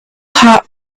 hot